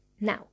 Now